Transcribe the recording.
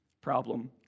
problem